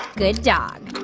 good dog.